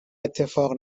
اتفاق